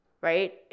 right